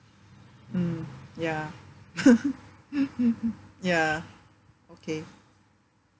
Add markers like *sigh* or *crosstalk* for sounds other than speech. mm ya *laughs* ya okay